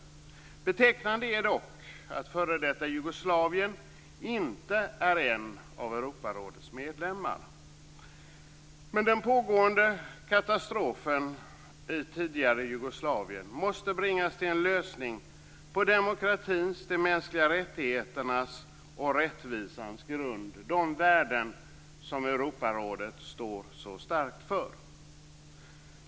Betecknande är dock att f.d. Jugoslavien inte är en av Europarådets medlemmar. Den pågående katastrofen i tidigare Jugoslavien måste bringas till en lösning på demokratins, de mänskliga rättigheternas och rättvisans grund - de värden som Europarådet står så starkt för.